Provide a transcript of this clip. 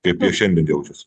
kaip jie šiandien jaučiasi